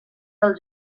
del